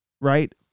right